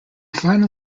final